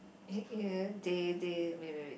they they wait wait wait